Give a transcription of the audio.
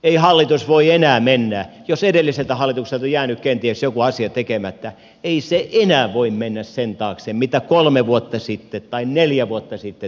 ei hallitus voi enää mennä jos edelliseltä hallitukselta on jäänyt kenties joku asia tekemättä sen taakse mitä kolme vuotta sitten tai neljä vuotta sitten tapahtui